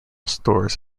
stores